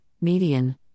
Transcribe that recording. median